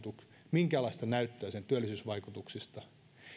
minkäänlaista näyttöä sen työllisyysvaikutuksista